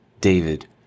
David